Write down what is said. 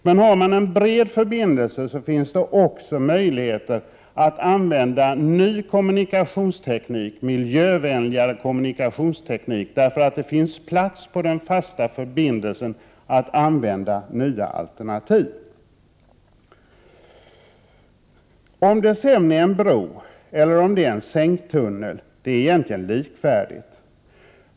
Men har man en bred förbindelse finns det också möjligheter att använda ny kommunikationsteknik, miljövänligare kommunikationsteknik, därför att det finns plats på den fasta förbindelsen att använda nya alternativ. En bro eller en sänktunnel är egentligen likvärdiga alternativ.